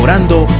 but and